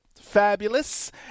fabulous